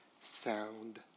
Sound